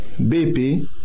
BP